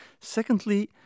Secondly